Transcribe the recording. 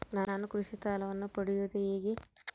ನಾನು ಕೃಷಿ ಸಾಲವನ್ನು ಪಡೆಯೋದು ಹೇಗೆ?